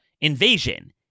invasion